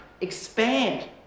expand